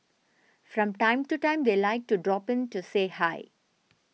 from time to time they like to drop in to say hi